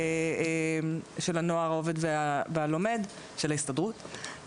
של הנוער העובד והלומד, של ההסתדרות.